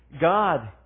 God